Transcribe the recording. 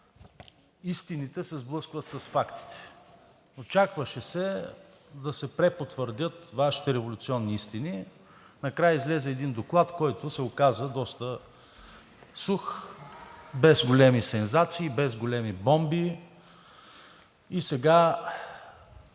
истините се сблъскват с фактите. Очакваше се да се препотвърдят Вашите революционни истини. Накрая излезе един Доклад, който се оказа доста сух, без големи сензации, без големи бомби. Сега